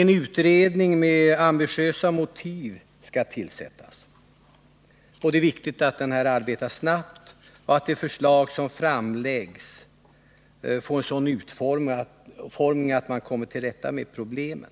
En utredning med ambitiösa motiv skall tillsättas. Det är viktigt att den arbetar snabbt och att de förslag som framläggs får en sådan utformning att man kommer till rätta med problemen.